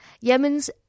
yemen's